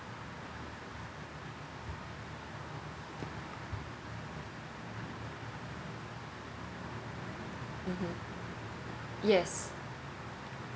mmhmm yes